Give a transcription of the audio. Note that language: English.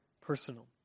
personal